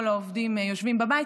כל העובדים יושבים בבית.